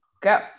go